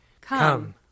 Come